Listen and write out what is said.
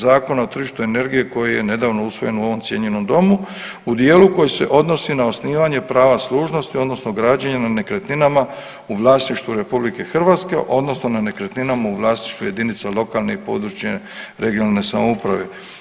Zakona o tržištu energije koji je nedavno usvojen u ovom cijenjenom domu u dijelu koji se odnosi na osnivanje prava služnosti odnosno građenja na nekretninama u vlasništvu RH odnosno na nekretninama u vlasništvu jedinica lokalne i područne (regionalne) samouprave.